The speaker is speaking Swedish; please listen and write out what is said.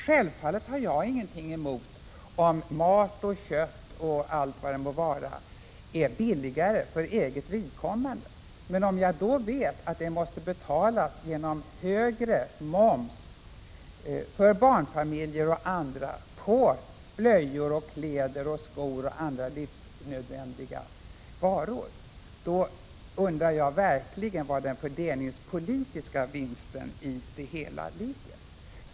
Naturligtvis har jag ingenting emot om kött och allt vad det må vara är billigare för eget vidkommande, men om jag vet att det måste betalas genom högre moms för bl.a. barnfamiljer på blöjor, kläder, skor och andra livsnödvändiga varor, då undrar jag verkligen var den fördelningspolitiska vinsten i det hela ligger.